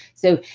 so,